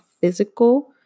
physical